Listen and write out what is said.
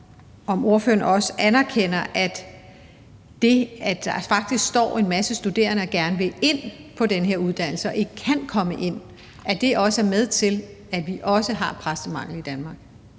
om ordføreren også anerkender, at det, at der faktisk er en masse studerende, der gerne vil ind på den her uddannelse og ikke kan komme ind, er med til, at vi har præstemangel i Danmark.